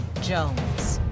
Jones